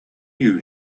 you